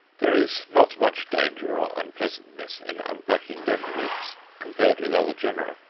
there is not much danger or unpleasantness in unpacking dendrobes, compared with other genera,